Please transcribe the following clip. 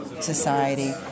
society